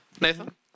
Nathan